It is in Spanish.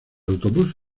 autobús